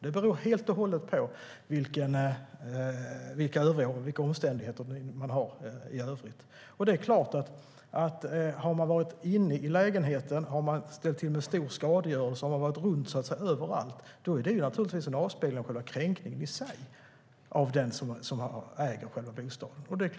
Det beror helt och hållet på vilka omständigheter det är i övrigt. Det är klart att om någon har varit inne i lägenheten, ställt till med stor skadegörelse och varit runt överallt, så att säga, är det en avspegling av själva kränkningen i sig av den som äger själva bostaden.